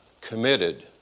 committed